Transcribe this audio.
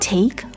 Take